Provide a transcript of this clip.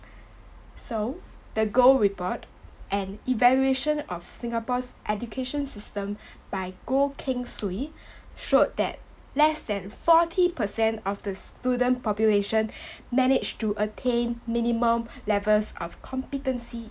so the goh report and evaluation of singapore's education system by Goh-Keng-Swee showed that less than forty percent of the student population managed to attain minimum levels of competency